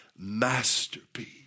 Masterpiece